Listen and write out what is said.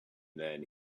then